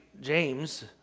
James